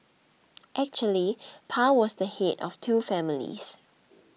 actually Pa was the head of two families